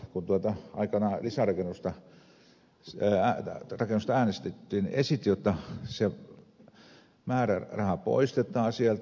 kun aikanaan lisärakennuksesta äänestettiin niin hän esitti jotta se määräraha poistetaan sieltä